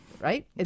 right